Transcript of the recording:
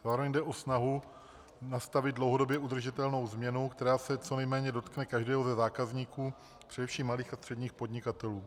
Zároveň jde o snahu nastavit dlouhodobě udržitelnou změnu, která se co nejméně dotkne každého ze zákazníků, především malých a středních podnikatelů.